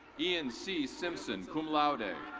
ian c. simpson, cum laude.